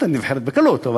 את היית נבחרת בקלות,